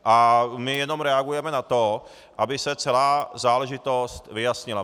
A my jenom reagujeme na to, aby se celá záležitost vyjasnila.